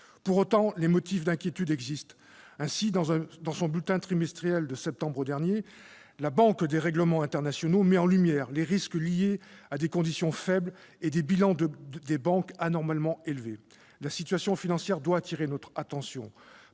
Pour autant, des motifs d'inquiétude existent. Ainsi, dans son bulletin trimestriel de septembre dernier, la Banque des règlements internationaux met en lumière les risques liés à des conditions faibles et à des bilans de banques anormalement élevés. La situation financière doit retenir notre attention.